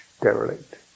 derelict